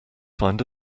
find